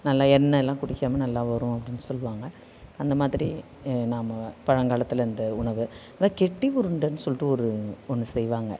நல்ல எண்ணெயெலாம் குடிக்காமல் நல்லா வரும் அப்படின்னு சொல்லுவாங்க அந்த மாதிரி நாம் பழங்காலத்துல இருந்த உணவு கெட்டி உருண்டைன்னு சொல்லிட்டு ஒரு ஒன்று செய்வாங்க